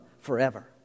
forever